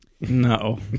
no